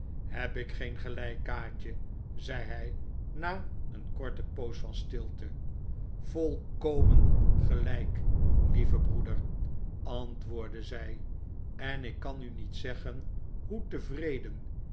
heb ik geen gelijk kaatje zei hij na een korte poos van stilte v olkomen gelijk lieve broer antwoordde zij en ik kan u niet zeggen hoe tevreden